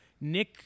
Nick